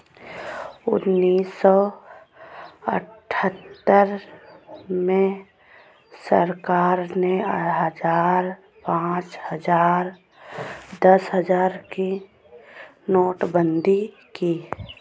उन्नीस सौ अठहत्तर में सरकार ने हजार, पांच हजार, दस हजार की नोटबंदी की